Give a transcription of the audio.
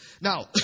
Now